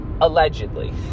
allegedly